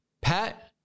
Pat